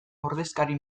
ordezkari